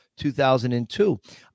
2002